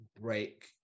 break